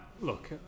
look